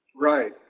Right